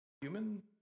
human